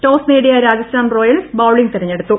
toss നേടിയ Rajasthan Royals bowling തിരഞ്ഞെടുത്തു